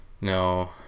No